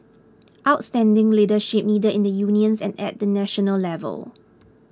outstanding leadership needed in the unions and at the national level